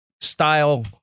style